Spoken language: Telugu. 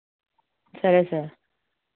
సరే సార్